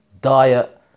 diet